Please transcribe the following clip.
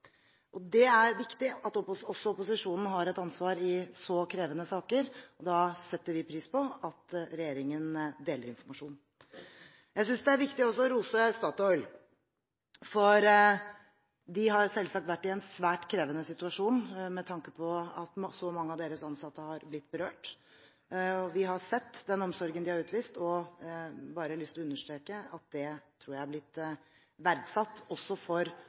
Det er viktig at også opposisjonen har et ansvar i så krevende saker. Da setter vi pris på at regjeringen deler informasjonen. Jeg synes det er viktig også å rose Statoil. De har selvsagt vært i en svært krevende situasjon med tanke på at så mange av deres ansatte har blitt berørt. Vi har sett den omsorgen de har utvist. Jeg har bare lyst til å understreke at det tror jeg også har blitt verdsatt